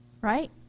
right